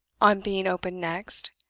on being opened next,